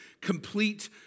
complete